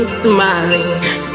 smiling